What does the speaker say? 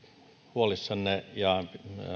huolissanne